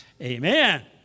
Amen